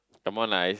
come on lah it's